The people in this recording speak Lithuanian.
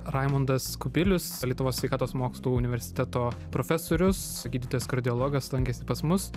raimondas kubilius lietuvos sveikatos mokslų universiteto profesorius gydytojas kardiologas lankėsi pas mus